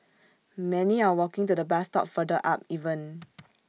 many are walking to the bus stop further up even